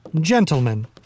gentlemen